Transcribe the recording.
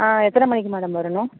ஆ எத்தனை மணிக்கு மேடம் வரணும்